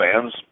fans